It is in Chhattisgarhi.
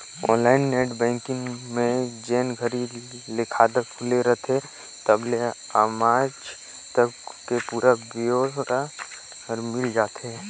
ऑनलाईन नेट बैंकिंग में जेन घरी ले खाता खुले रथे तबले आमज तक के पुरा ब्योरा हर मिल जाथे